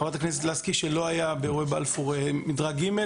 חברת הכנסת לסקי אמרה שלא היו באירועי בלפור מדרג ג'.